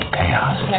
Chaos